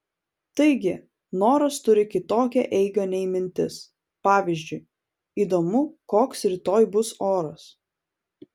taigi noras turi kitokią eigą nei mintis pavyzdžiui įdomu koks rytoj bus oras